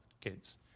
kids